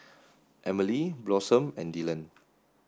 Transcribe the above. Emilie Blossom and Dillon